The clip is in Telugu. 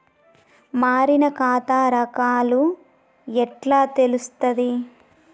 మారిన ఖాతా రకాలు ఎట్లా తెలుత్తది?